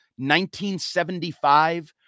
1975